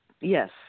yes